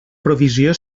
provisió